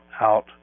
out